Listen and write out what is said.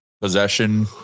possession